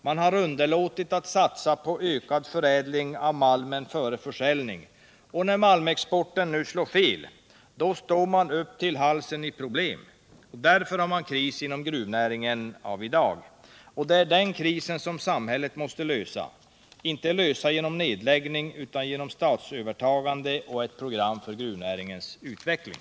Man har underlåtit att satsa på ökad förädling av malmen före försäljningen, och när malmexporten nu slår fel står man upp till halsen i problem. Därför har man kris inom gruvnäringen av i dag. Det är den krisen som samhället måste lösa, och man skall inte lösa den genom nedläggning utan genom statsövertagande och ett program för gruvnäringens utveckling.